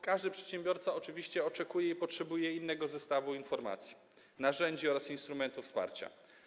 Każdy przedsiębiorca oczywiście oczekuje i potrzebuje innego zestawu informacji, narzędzi oraz instrumentów wsparcia.